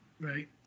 Right